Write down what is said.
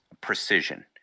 precision